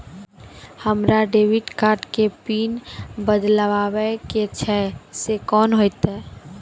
हमरा debit card के PIN बदलबावै के छैं से कौन होतै?